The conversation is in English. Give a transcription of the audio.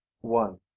One